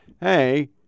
hey